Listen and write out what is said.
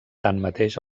tanmateix